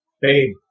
Babe